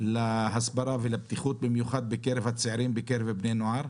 להסברה ולבטיחות במיוחד בקרב הצעירים ובקרב בני נוער,